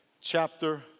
chapter